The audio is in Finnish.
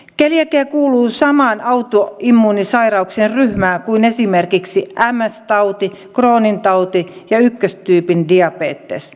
keliakia kuuluu samaan autoimmuunisairauksien ryhmään kuin esimerkiksi ms tauti crohnin tauti ja ykköstyypin diabetes